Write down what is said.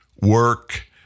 work